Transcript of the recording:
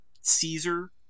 Caesar